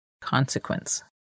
consequence